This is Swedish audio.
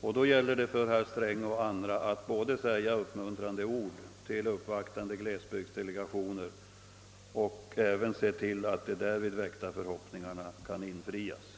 Då gäller det för herr Sträng och andra att både säga uppmuntrande ord till uppvaktande glesbygdsdelegationer och även se till att de därvid väckta förhoppningarna infrias.